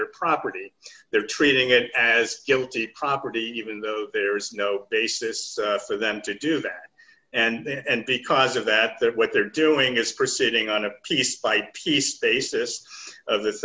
their property they're treating it as guilty property even though there is no basis for them to do that and because of that they're what they're doing is proceeding on a piece by piece basis of th